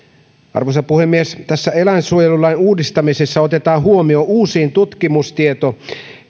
arvoisa puhemies tässä eläinsuojelulain uudistamisessa otetaan huomioon uusin tutkimustieto